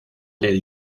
del